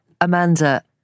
Amanda